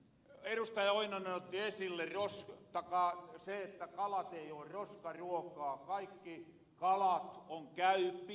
pentti oinonen otti esille sen että kalat ei oo roskaruokaa kaikki kalat on käypiä